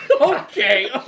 okay